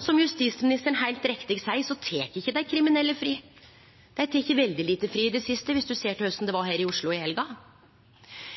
Som justisministeren heilt riktig seier, tek ikkje dei kriminelle fri. Dei har teke veldig lite fri i det siste – viss ein ser korleis det var her i Oslo i helga.